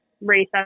race